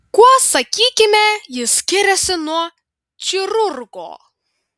kuo sakykime jis skiriasi nuo chirurgo